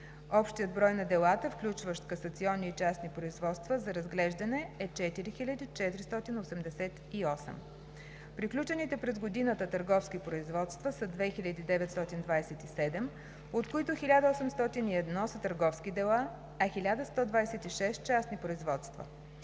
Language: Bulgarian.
Общият брой на делата, включващ касационни и частни производства, за разглеждане е 4488. Приключените през годината търговски производства са 2927, от които 1801 са търговски дела, а 1126 – частни производства.